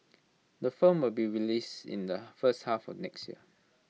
the film will be released in the first half of next year